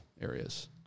areas